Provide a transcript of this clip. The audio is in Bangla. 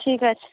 ঠিক আছে